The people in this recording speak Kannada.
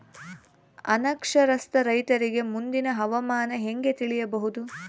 ಅನಕ್ಷರಸ್ಥ ರೈತರಿಗೆ ಮುಂದಿನ ಹವಾಮಾನ ಹೆಂಗೆ ತಿಳಿಯಬಹುದು?